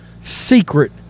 secret